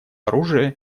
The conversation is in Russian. оружия